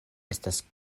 estas